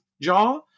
Jaw